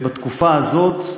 בתקופה הזאת,